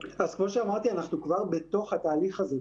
אז כמו שאמרתי, אנחנו כבר בתוך התהליך הזה.